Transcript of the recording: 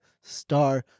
star